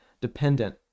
dependent